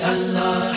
Allah